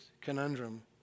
conundrum